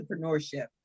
entrepreneurship